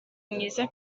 mwiza